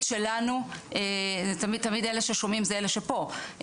שלנו ותמיד תמיד אלה ששומעים זה אלה שפה,